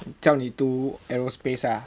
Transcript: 叫你读 aerospace ah